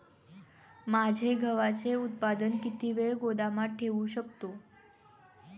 माझे गव्हाचे उत्पादन किती वेळ गोदामात ठेवू शकतो?